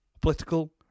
Political